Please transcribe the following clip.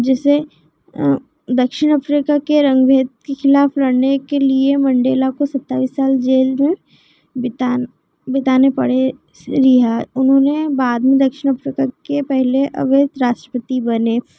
जिसे दक्षिण अफ्रीका के रंग भेद के ख़िलाफ़ लड़ने के लिए मंडेला को सत्ताईस साल जेल में बिता बिताने पड़े सीय है उन्होंने बाद में दक्षिण अफ्रीका के पहले अबवेत राष्ट्रपति बने